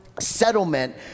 settlement